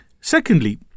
Secondly